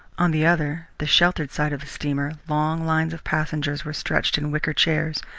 on the other, the sheltered side of the steamer, long lines of passengers were stretched in wicker chairs,